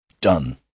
Done